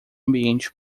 ambiente